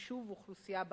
יישוב ואוכלוסייה בארץ.